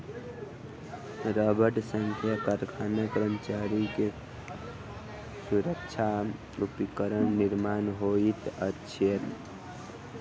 रबड़ सॅ कारखाना कर्मचारी के सुरक्षा उपकरण निर्माण होइत अछि